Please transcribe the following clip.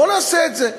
בוא נעשה את זה.